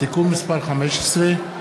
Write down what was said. ברשות יושבת-ראש הישיבה,